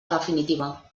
definitiva